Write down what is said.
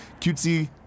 cutesy